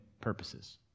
purposes